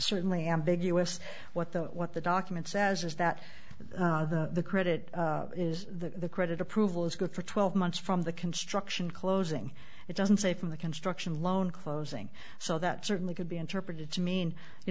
certainly ambiguous what the what the document says is that the credit is the credit approval is good for twelve months from the construction closing it doesn't say from the construction loan closing so that certainly could be interpreted to mean you